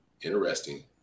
interesting